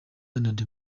iharanira